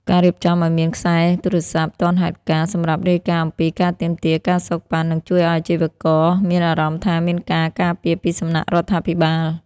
ការរៀបចំឱ្យមាន "ខ្សែទូរស័ព្ទទាន់ហេតុការណ៍" សម្រាប់រាយការណ៍អំពីការទាមទារ ការសូកប៉ាន់ នឹងជួយឱ្យអាជីវករមានអារម្មណ៍ថាមានការការពារពីសំណាក់រដ្ឋាភិបាល។